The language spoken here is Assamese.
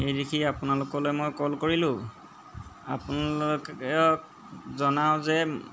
সেই দেখি আপোনালোকলৈ মই কল কৰিলোঁ আপোনালোকক জনাওঁ যে